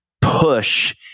push